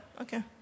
Okay